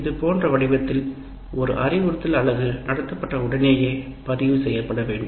இது போன்ற வடிவத்தில் ஒரு அறிவுறுத்தல் அலகு நடத்தப்பட்ட உடனேயே பதிவு செய்யப்பட வேண்டும்